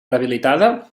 rehabilitada